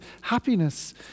happiness